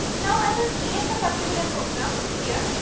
now, i will select a particular program here.